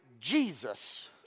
Jesus